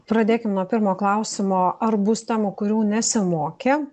pradėkim nuo pirmo klausimo ar bus temų kurių nesimokė